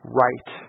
right